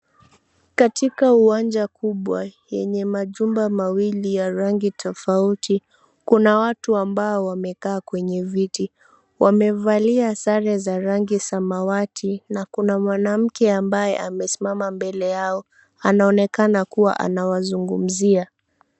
Katika uwanja kubwa yenye majumba mawili ya rangi tofauti, kuna watu ambao wamekaa kwenye viti. Wamevalia sare za rangi samawati na kuna mwanamke ambaye amesimama mbele yao, anaonekana kua anawazungumzia.